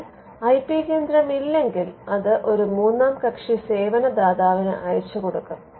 എന്നാൽ I P കേന്ദ്രം ഇല്ലെങ്കിൽ അത് ഒരു ഒരു മൂന്നാം കക്ഷി സേവന ദാതാവിന് അയച്ചുകൊടുക്കും